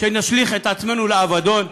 שנשליך את עצמנו לאבדון?